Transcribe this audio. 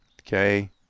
okay